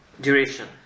duration